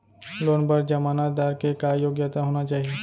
Loan बर जमानतदार के का योग्यता होना चाही?